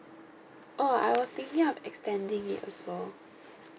oh I was thinking of extending it also